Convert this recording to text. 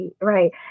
right